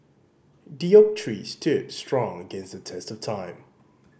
the oak tree stood strong against the test of time